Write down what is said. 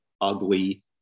ugly